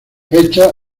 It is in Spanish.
fecha